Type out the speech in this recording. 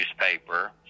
newspaper